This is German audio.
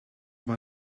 war